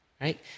Right